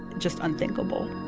just unthinkable